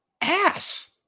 ass